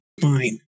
fine